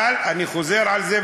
אבל אני חוזר על זה,